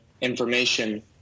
information